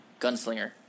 gunslinger